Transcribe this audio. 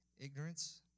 Ignorance